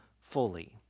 fully